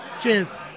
Cheers